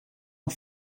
een